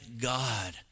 God